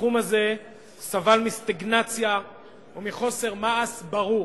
התחום הזה סבל מסטגנציה ומחוסר מעש ברור.